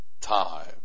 time